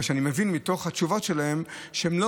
בגלל שאני מבין מתוך התשובות שלהם שהם לא